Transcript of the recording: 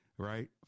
Right